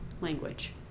language